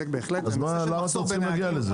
למה אתה רוצה להגיע לזה?